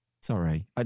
Sorry